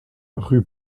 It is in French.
rue